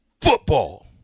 football